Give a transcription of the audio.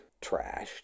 trashed